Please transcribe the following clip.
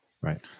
Right